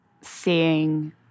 seeing